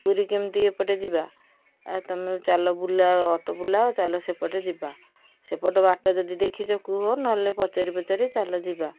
ପୁରୀ କେମିତି ଏପଟେ ଯିବା ଆଉ ତୁମେ ଚାଲ ବୁଲାଅ ଅଟୋ ବୁଲାଅ ଚାଲ ସେପଟେ ଯିବା ସେପଟ ବାଟ ଯଦି ଦେଖିଛ କୁହ ନହେଲେ ପଚାରି ପଚାରି ଚାଲ ଯିବା